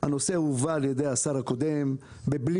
הוא הובא על ידי השר הקודם בבליץ,